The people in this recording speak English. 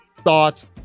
thoughts